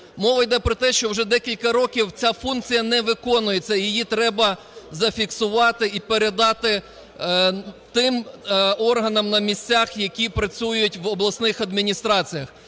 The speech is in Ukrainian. Мова іде про те, що вже декілька років ця функція не виконується, її треба зафіксувати і передати тим органам на місцях, які працюють в обласних адміністраціях.